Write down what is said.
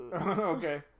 Okay